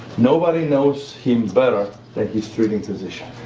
nobody knows him better than his treating physician,